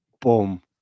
boom